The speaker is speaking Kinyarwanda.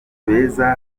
beza